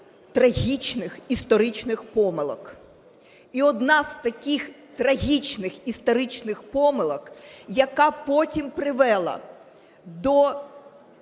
трагічних історичних помилок. І одна з таких трагічних історичних помилок, яка потім привела до